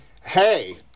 hey